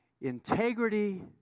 Integrity